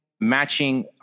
matching